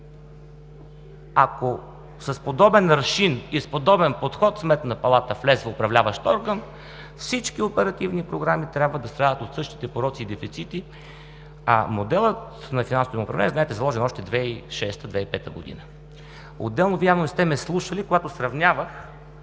ако с подобен аршин и с подобен подход в Сметната палата влезе управляващ орган, всички оперативни програми трябва да страдат от същите пороци и дефицити, а моделът на финансовото им управление е заложен още през 2005 – 2006 г. Отделно Вие явно не сте ме слушали, когато сравнявах